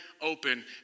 open